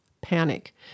panic